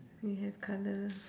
we have colour